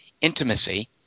intimacy